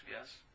yes